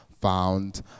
found